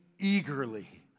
eagerly